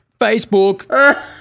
Facebook